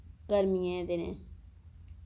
गर्मियें दिनै